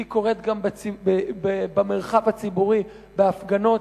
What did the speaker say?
היא קורית גם במרחב הציבורי בהפגנות,